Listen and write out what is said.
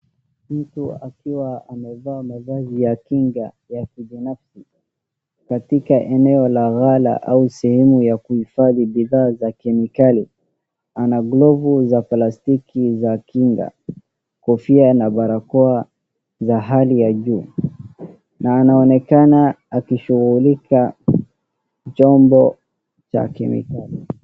Mtu akiwa amevaa mavazi ya kinga ya kibinafsi katika eneo la ghala au sehemu ya kuhifadhi bidhaa za kemikali. Ana glovu za plastiki za kinga, kofia na barakoa ya hali ya juu, na anaonekana akishughulika chombo cha kemikali.